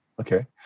okay